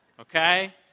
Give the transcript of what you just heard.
Okay